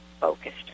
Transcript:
focused